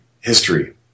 history